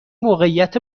موقعیت